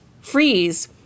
freeze